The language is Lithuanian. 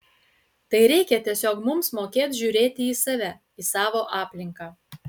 tai reikia tiesiog mums mokėt žiūrėti į save į savo aplinką